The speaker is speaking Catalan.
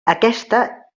aquesta